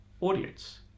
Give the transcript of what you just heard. audience